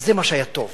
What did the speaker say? וזה מה שהיה טוב